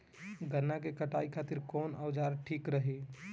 गन्ना के कटाई खातिर कवन औजार ठीक रही?